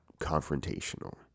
confrontational